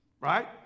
Right